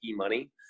eMoney